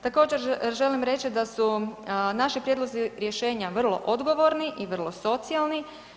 Također želim reći da su naši prijedlozi i rješenja vrlo odgovorni i vrlo socijalni.